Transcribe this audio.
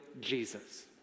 Jesus